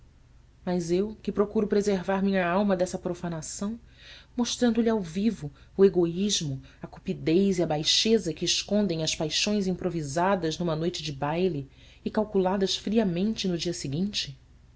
mas eu que procuro preservar minha alma dessa profanação mostrando-lhe ao vivo o egoísmo a cupidez e a baixeza que escondem as paixões improvisadas numa noite de baile e calculadas friamente no dia seguinte